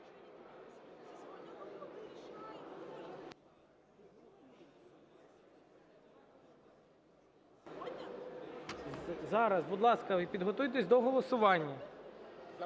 Зараз, будь ласка, підготуйтесь до голосування.